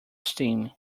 steam